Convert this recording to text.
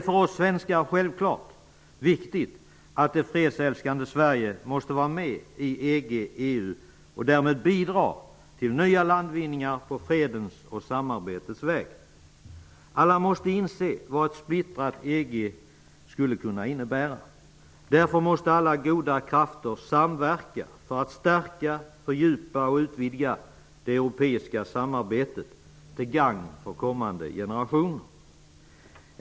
För oss svenskar är det självfallet viktigt att det fredsälskande Sverige måste vara med i EG/EU och därmed bidra till nya landvinningar på fredens och samarbetets väg. Alla måste inse vad ett splittrat EG skulle kunna innebära. Därför måste alla goda krafter samverka just för att stärka, fördjupa och utvidga det europeiska samarbetet till gagn för kommande generationer.